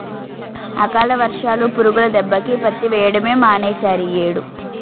అకాల వర్షాలు, పురుగుల దెబ్బకి పత్తి వెయ్యడమే మానీసేరియ్యేడు